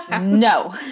No